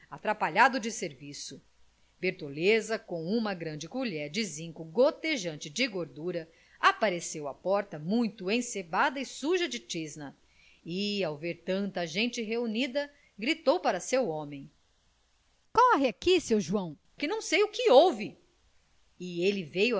atrapalhado de serviço bertoleza com uma grande colher de zinco gotejante de gordura apareceu à porta muito ensebada e suja de tisna e ao ver tanta gente reunida gritou para seu homem corre aqui seu joão que não sei o que houve ele veio